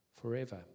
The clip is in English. forever